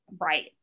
Right